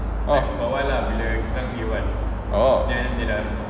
orh